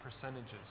percentages